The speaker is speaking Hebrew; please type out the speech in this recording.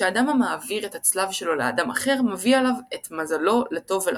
שאדם המעביר את הצלב שלו לאדם אחר מביא עליו את מזלו לטוב ולרע.